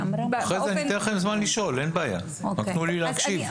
אתן לכם זמן לשאול אבל תנו לי להקשיב.